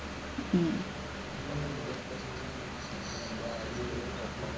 um